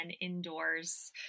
indoors